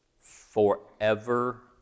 forever